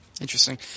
interesting